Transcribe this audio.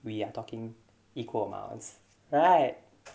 we are talking equal amounts right